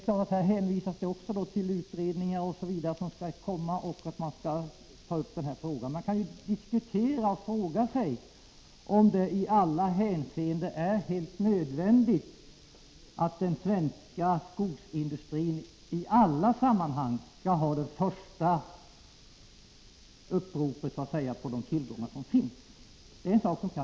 I svaret hänvisas också till utredningar m.m. som skall komma; det sägs också att man skall ta upp denna fråga. Man kan diskutera och fråga sig om det i alla hänseenden är helt nödvändigt att den svenska skogsindustrin alltid skall ha det första ”uppropet” på de tillgångar som finns.